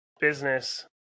business